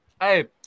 Hey